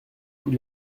tous